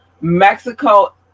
Mexico